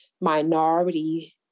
minority